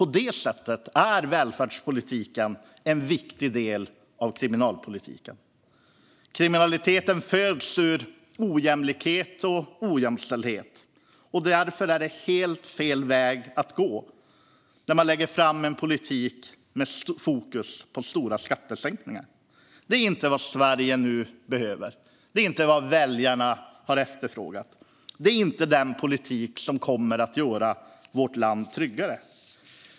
På det sättet är välfärdspolitiken en viktig del av kriminalpolitiken. Kriminalitet föds ur ojämlikhet och ojämställdhet. Därför är det helt fel väg att gå när man lägger fram en politik med fokus på stora skattesänkningar. Det är inte vad Sverige nu behöver, det är inte vad väljarna har efterfrågat och det är inte den politik som kommer att göra vårt land tryggare.